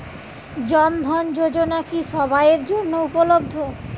জন ধন যোজনা কি সবায়ের জন্য উপলব্ধ?